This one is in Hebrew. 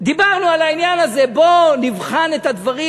דיברנו על העניין הזה: בואו נבחן את הדברים,